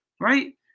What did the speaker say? Right